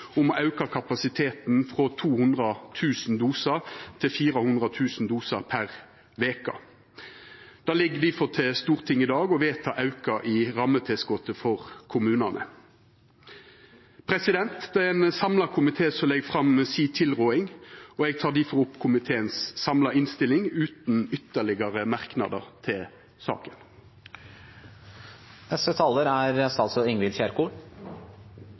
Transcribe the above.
om å auka kapasiteten frå 200 000 dosar til 400 000 dosar per veke. Det ligg difor til Stortinget i dag å vedta auken i rammetilskotet for kommunane. Det er ein samla komité som legg fram tilrådinga, og eg tilrår difor innstillinga utan ytterlegare merknader til saka. Regjeringens hovedmål er